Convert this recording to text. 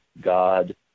God